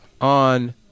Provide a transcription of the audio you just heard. on